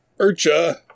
Urcha